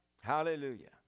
Hallelujah